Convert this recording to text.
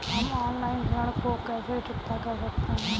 हम ऑनलाइन ऋण को कैसे चुकता कर सकते हैं?